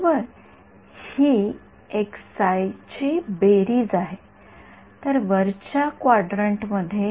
तर हे एक खूप चांगली प्रेरणा आहे जर इमेजिंग डोमेनकडे पाहण्याऐवजी पिक्सेल डोमेन ज्याला ४६000 संख्या आवश्यक आहेत जर मी त्याचे लिनिअर ट्रान्सफॉर्मेशन परिवर्तन केले तर